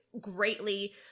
greatly